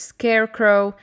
Scarecrow